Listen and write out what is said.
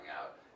out